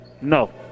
no